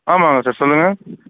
ஆமாம்ங்க சார் சொல்லுங்கள்